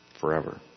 forever